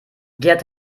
gerd